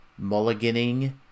Mulliganing